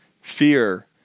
Fear